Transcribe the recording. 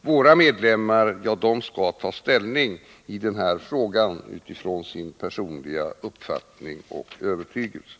Våra medlemmar skall få ta ställning utifrån sin personliga uppfattning och övertygelse.